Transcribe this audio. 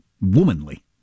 womanly